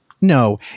No